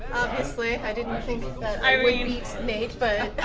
obviously, i didn't i think that i would beat nate. but